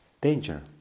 danger